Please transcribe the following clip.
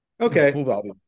Okay